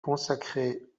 consacrée